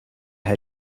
her